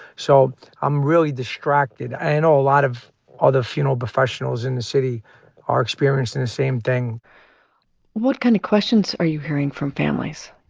so i'm really distracted. and i know a lot of other funeral professionals in the city are experiencing the same thing what kind of questions are you hearing from families?